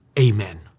amen